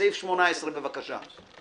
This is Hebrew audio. סעיף 18, בבקשה.